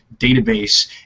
database